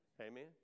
Amen